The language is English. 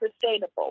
sustainable